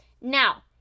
now